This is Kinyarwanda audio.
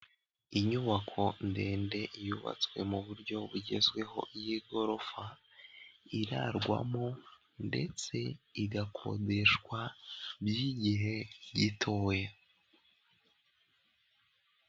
Inyubako ndende yubatswe mu buryo bugezweho y'igorofa irarwamo ndetse igakodeshwa by'igihe gitoya.